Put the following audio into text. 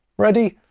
ready?